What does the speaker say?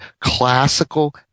classical